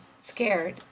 scared